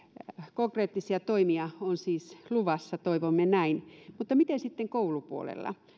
konkreettisia toimia on siis luvassa toivomme näin mutta miten sitten koulupuolella